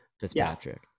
Fitzpatrick